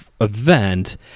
event